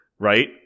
Right